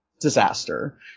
disaster